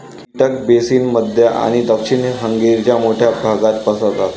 कीटक बेसिन मध्य आणि दक्षिण हंगेरीच्या मोठ्या भागात पसरतात